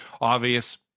Obvious